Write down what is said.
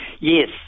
Yes